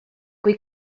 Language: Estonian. kui